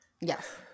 Yes